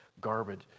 garbage